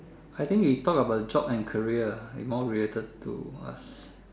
I think we talk about job and career more related to us